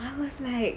I was like